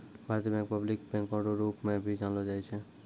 भारतीय bank public बैंको रो रूप मे भी जानलो जाय छै